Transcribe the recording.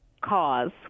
cause